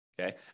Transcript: Okay